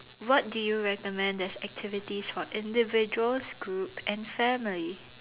what do you recommend as activities for individuals group and family